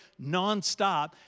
nonstop